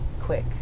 quick